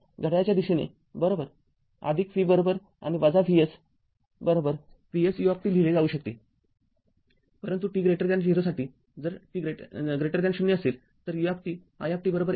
घड्याळाच्या दिशेने बरोबर v बरोबर आणि Vs बरोबर Vsu लिहिले जाऊ शकते परंतु t0 साठी जर 0 असेल तर ui १ आहे बरोबर